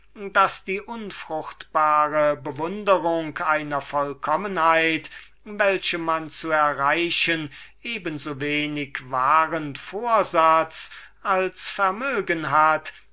daß die unfruchtbare bewunderung einer schimärischen vollkommenheit welche man nachzuahmen eben so wenig wahren vorsatz als vermögen hat